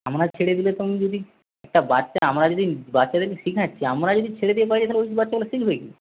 আমরা ছেড়ে দিলে যদি একটা বাচ্চা আমরা যদি বাচ্চাদের শেখাচ্ছি আমরাই যদি ছেড়ে দিই তাহলে ওই বাচ্চাগুলো শিখবে কি